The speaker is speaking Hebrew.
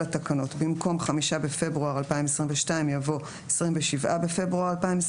ולאחר שהתקיים האמור בסעיף 4(ד)(2)(א) לחוק: תיקון תקנה 12